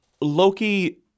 Loki